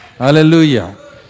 Hallelujah